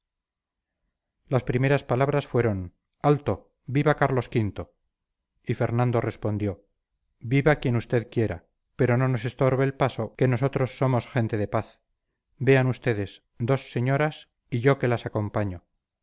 las primeras palabras fueron alto viva carlos v y fernando respondió viva quien usted quiera pero no nos estorbe el paso que nosotros somos gente de paz vean ustedes dos señoras y yo que las acompaño